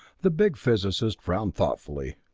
the big physicist frowned thoughtfully.